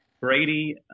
Brady